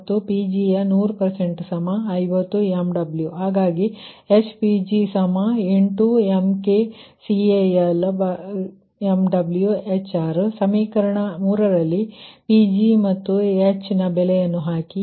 ಮತ್ತು Pgಯ 10050 MW ಹಾಗಾಗಿ HPg8 MkcalMWhr ಸಮೀಕರಣ 3ರಲ್ಲಿ Pgಮತ್ತು H ನ ಬೆಲೆಯನ್ನು ಹಾಕಿ